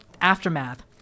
aftermath